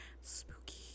spooky